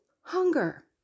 hunger